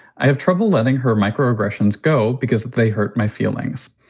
i have trouble letting her microaggression go because they hurt my feelings.